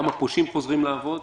גם הפושעים חוזרים לעבוד